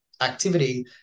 activity